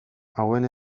hauen